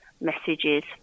messages